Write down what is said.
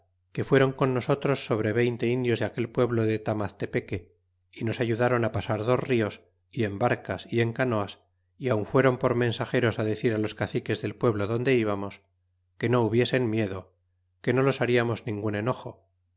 que fuéron con nosotros sobre veinte indios de aquelpueblo de tamaztepeque y nos ayudron pasar dos nos y en barcas y en canoas y aun dieron por mensageros decir los caciques del pueblo donde íbamos que no hubiesen miedo que no los hariamos ningun enojo